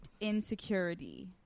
insecurity